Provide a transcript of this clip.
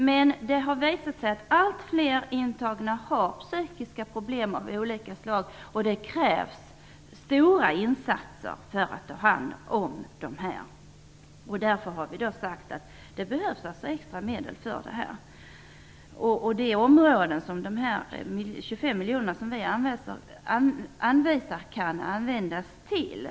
Men det har visat sig att allt fler intagna har psykiska problem av olika slag, och det krävs stora insatser för att ta hand om dem. Därför har vi sagt att det behövs extra medel för detta. Det är ett område som de 25 miljonerna som vi anvisar kan användas till.